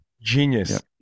genius